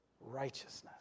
righteousness